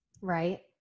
Right